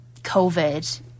COVID